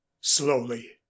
Slowly